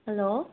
hello